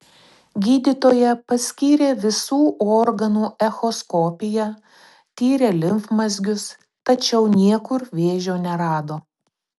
gydytoja paskyrė visų organų echoskopiją tyrė limfmazgius tačiau niekur vėžio nerado